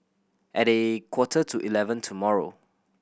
at a quarter to eleven tomorrow